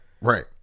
Right